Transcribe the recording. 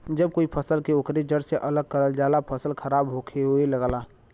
जब कोई फसल के ओकरे जड़ से अलग करल जाला फसल खराब होये लगला